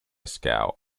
scout